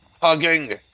hugging